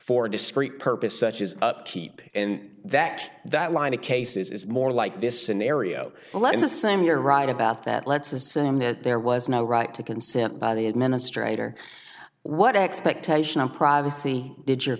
for discrete purpose such as upkeep and that that line of cases is more like this scenario and let's assume you're right about that let's assume that there was no right to consent the administrator what expectation of privacy did your